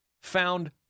found